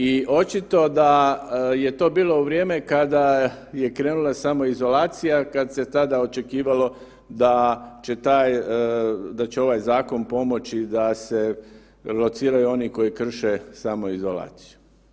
I očito da je to bilo vrijeme kad je krenula samoizolacija, kad se tada očekivalo da će taj, da će ovaj zakon pomoći da se lociraju oni koji krše samoizolaciju.